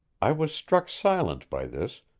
i was struck silent by this,